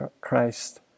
christ